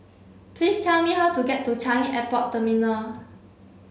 please tell me how to get to Changi Airport Terminal